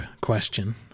question